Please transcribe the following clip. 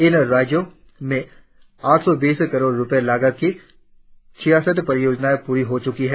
इन राज्यों में आठ सौ बीस करोड़ रुपये लागत की छियासठ परियोजनाए प्ररी की जी चुकी है